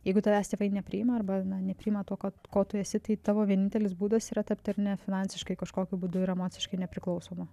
jeigu tavęs tėvai nepriima arba nepriima tuo kuo kuo tu esi tai tavo vienintelis būdas yra tapti ar ne finansiškai kažkokiu būdu ir emociškai nepriklausomu